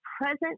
present